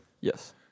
Yes